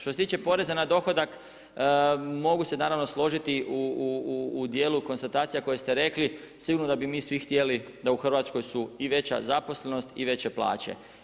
Što se tiče poreza na dohodak mogu se naravno složiti u dijelu konstatacija koje ste rekli, sigurno da bi mi svi htjeli da u Hrvatskoj su i veća zaposlenost i veće plaće.